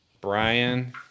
Brian